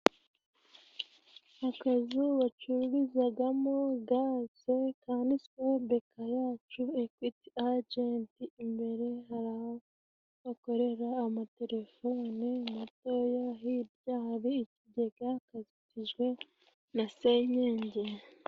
Akazu bacururizagamo gaze kanditweho Beka yacu, Ekwiti ajenti. Imbere hari aho bakorera amatelefone matoya, hirya hari ikigega kazitijwe na senyenge.